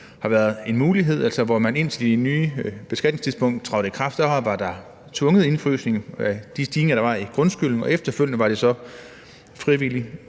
har været en mulighed, altså hvor man indtil det tidspunkt, hvor de nye beskatningsregler trådte i kraft, havde tvungen indefrysning af de stigninger, der var af grundskylden, og efterfølgende var det så frivilligt.